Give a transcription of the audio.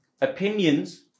opinions